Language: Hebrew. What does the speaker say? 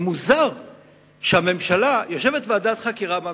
זה מוזר שהממשלה, יושבת ועדת חקירה ממלכתית,